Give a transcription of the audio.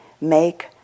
make